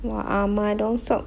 !wah! ah ma dong seok